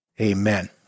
Amen